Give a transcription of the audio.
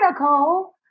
nicole